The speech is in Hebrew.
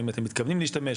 האם אתם מתכוונים להשתמש?